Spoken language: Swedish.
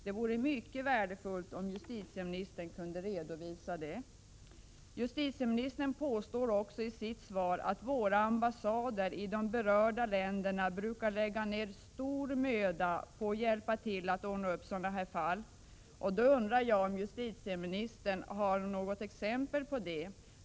Det vore mycket värdefullt om justitieministern kunde redovisa detta. Justitieministern påstår i sitt svar att våra ambassader i de berörda Prot. 1987/88:103 länderna brukar lägga ner stor möda på att hjälpa till att ordna upp sådana — 19 april 1988 här fall. Har justitieministern något exempel på det?